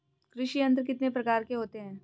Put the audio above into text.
कृषि यंत्र कितने प्रकार के होते हैं?